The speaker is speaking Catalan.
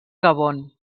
gabon